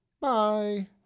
Bye